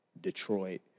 Detroit